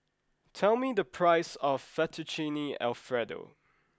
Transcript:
tell me the price of Fettuccine Alfredo